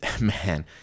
Man